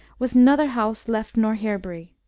was nother house left nor herb ry.